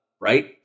right